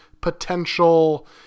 potential